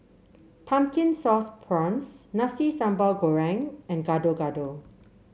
Pumpkin Sauce Prawns Nasi Sambal Goreng and Gado Gado